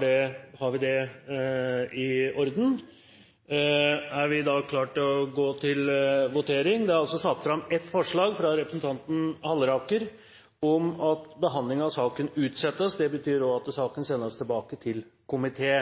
det i orden. Da er vi klare til å gå til votering. Det er satt fram et forslag fra representanten Øyvind Halleraker på vegne av Høyre om at behandling av sak nr. 1 utsettes. Det vil bety at saken sendes tilbake til komité.